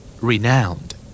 Renowned